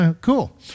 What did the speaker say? Cool